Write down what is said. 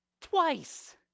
twice